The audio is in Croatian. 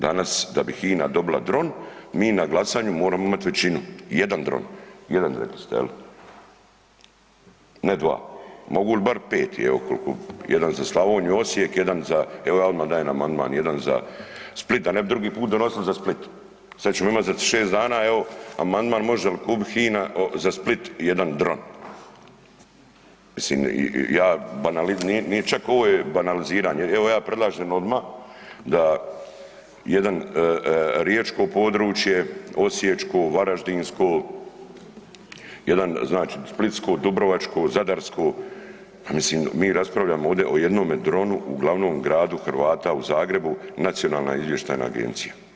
Danas da bi HINA dobila dron mi na glasanju moramo imati većinu, jedan dron, jedan rekli ste, ne dva, mogu li bar 5, jedan za Slavoniju, Osijek, jedan za, evo ja odmah dajem amandman jedan za Split, a ne bi drugi put donosili za Split, sad ćemo imati za 6 dana evo, amandman može li kupiti HINA za Split jedan dron, mislim ja, nije čak ovo je banaliziranje, evo ja predlažem odmah da jedan riječko područje, osječko, varaždinsko, jedan znači splitsko, dubrovačko, zadarsko, a mislim mi raspravljamo ovde o jednome dronu u glavnog gradu Hrvata u Zagrebu, Nacionalna izvještajna agencija.